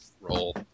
Roll